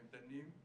הם דנים,